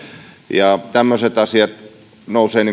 ja tämmöiset asiat nousevat